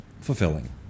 fulfilling